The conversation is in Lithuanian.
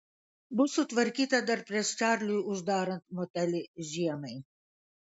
bus sutvarkyta dar prieš čarliui uždarant motelį žiemai